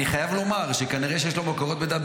אני חייב לומר שכנראה שיש לו מקורות מידע,